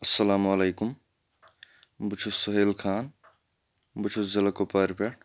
اَسَلامُ علیکُم بہٕ چھُس سٲہیل خان بہٕ چھُس ضِلع کُپوارِ پٮ۪ٹھ